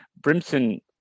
Brimson